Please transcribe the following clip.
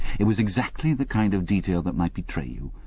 it was exactly the kind of detail that might betray you.